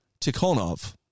Tikhonov